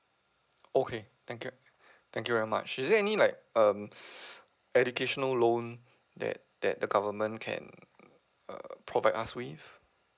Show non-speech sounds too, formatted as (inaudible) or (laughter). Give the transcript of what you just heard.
okay thank you thank you very much is there any like um (breath) educational loan that that the government can uh provide us with